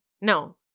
No